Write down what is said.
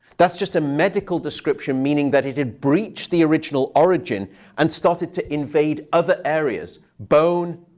that's just a medical description meaning that it had breached the original origin and started to invade other areas bone,